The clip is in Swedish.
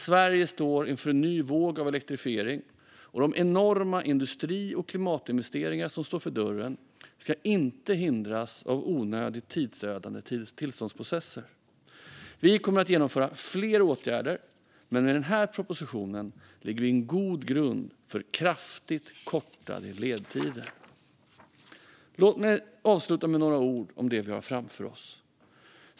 Sverige står inför en ny våg av elektrifiering, och de enorma industri och klimatinvesteringar som står för dörren ska inte hindras av onödigt tidsödande tillståndsprocesser. Vi kommer att genomföra fler åtgärder, men med den här propositionen lägger vi en god grund för kraftigt kortade ledtider. Låt mig avsluta med några ord om det vi har framför oss.